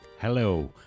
Hello